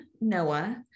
Noah